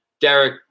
Derek